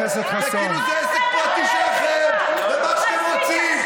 כאילו זה עסק פרטי שלכם ומה שאתם רוצים.